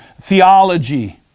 theology